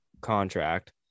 contract